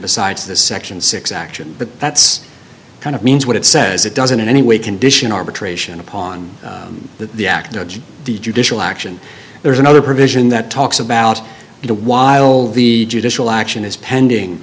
besides the section six action but that's kind of means what it says it doesn't in any way condition arbitration upon the act which the judicial action there's another provision that talks about the while the judicial action is pending